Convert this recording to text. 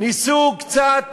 ניסו קצת